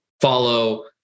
follow